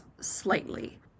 slightly